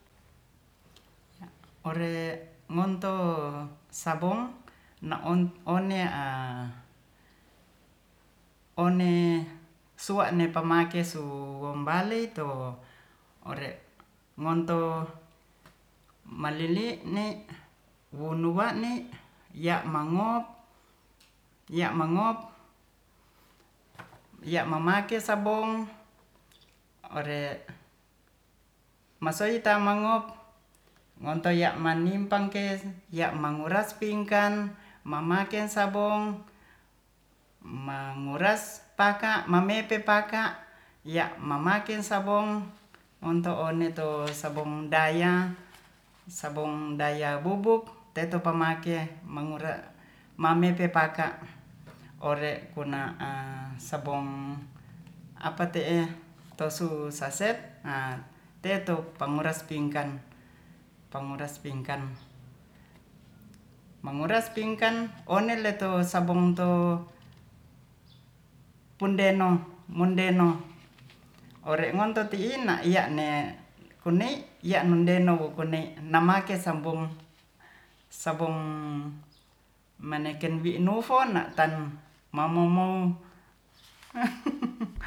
Ore'monto sabong na'one'a one sua'ne pamake su wombale to ore'monto maliline' wonu wa'ne ya'mangop- yamamake sabong ore masoita mangop montoiak manimpang ke ya'manguras pingkan mamake sabong manguras paka mangepe paka ya mamake sabing onto one to sabong daia- bubuk teto pamake mangure mamepe paka ore'kuna a sabong apa te'e tosu saset teto panguras pingkan- panguras pingkan one leto sabong to pundemo mundoeno ore ngonto ti'in na'ya'ne kunei ya'nundeno kunei namakse sabong meneken wi nuvo na'tan mamumou